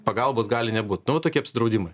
pagalbos gali nebūt nu va tokie apsidraudimai